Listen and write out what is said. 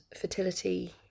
fertility